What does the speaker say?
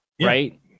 right